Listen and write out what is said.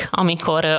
amikor